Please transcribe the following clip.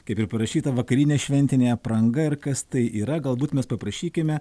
kaip ir parašyta vakarinė šventinė apranga ir kas tai yra galbūt mes paprašykime